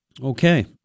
Okay